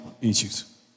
issues